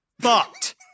fucked